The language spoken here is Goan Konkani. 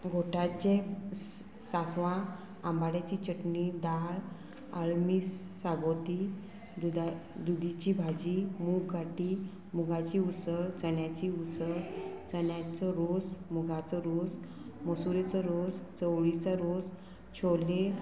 घोटाचें सांसवां आंबाड्याची चटणी दाळ अळमी सागोती दुदा दुदीची भाजी मुग घाटी मुगाची उसळ चण्याची उसळ चण्यांचो रोस मुगांचो रोस मसुरेचो रोस चवळीचो रोस छोले